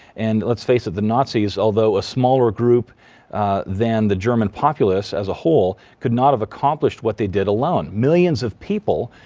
and let's face it, the nazis, although a smaller group than the german populace as a whole, could not have accomplished what they did alone. millions of people